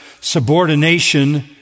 subordination